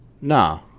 Nah